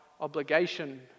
obligation